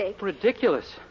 Ridiculous